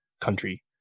country